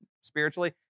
spiritually